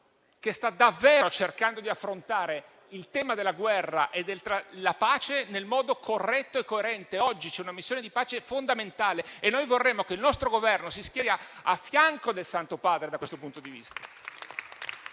che sta davvero cercando di affrontare il tema della guerra e della pace nel modo corretto e coerente. Oggi c'è una missione di pace fondamentale e noi vorremmo che il nostro Governo si schierasse a fianco del Santo Padre da questo punto di vista.